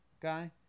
guy